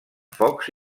focs